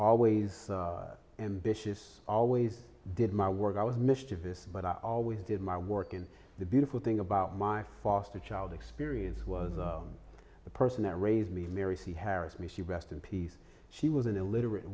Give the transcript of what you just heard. always ambitious always did my work i was mischievous but i always did my work and the beautiful thing about my foster child experience was the person that raised me mary c harris me she rest in peace she was an illiterat